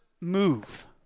Move